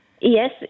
Yes